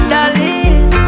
Darling